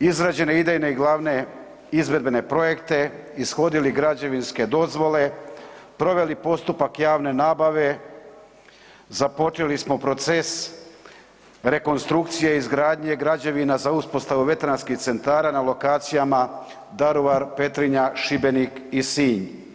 izrađene idejne i glavne izvedbene projekte, ishodili građevinske dozvole, proveli postupka javne nabave, započeli smo proces rekonstrukcije izgradnje građevina za uspostavu veteranskih centara na lokacijama Daruvar, Petrinja, Šibenik i Sinj.